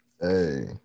Hey